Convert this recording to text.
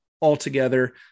altogether